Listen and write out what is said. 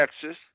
Texas